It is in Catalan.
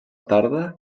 tarda